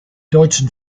deutschen